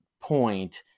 point